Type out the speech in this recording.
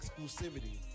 exclusivity